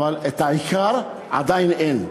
אבל את העיקר עדיין אין.